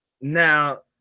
Now